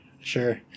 sure